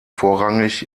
vorrangig